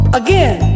again